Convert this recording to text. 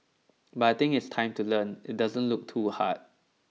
but I think it's time to learn it doesn't look too hard